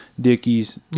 Dickies